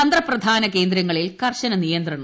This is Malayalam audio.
തന്ത്ര പ്രധാന കേന്ദ്രങ്ങളിൽ കർശ്നാനിയന്ത്രണം